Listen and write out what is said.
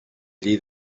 llei